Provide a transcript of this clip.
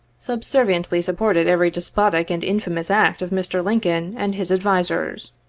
subserviently supported every despotic and infamous act of mr. lincoln and his advisers.